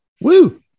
Woo